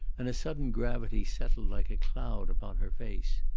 and a sudden gravity settled like a cloud upon her face.